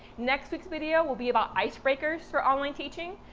next week's video will be about ice breakers for online teaching.